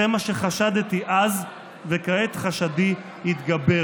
זה מה שחשדתי בו אז, וכעת חשדי התגבר.